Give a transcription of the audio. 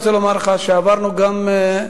אני רוצה לומר לך שעברנו גם ימים,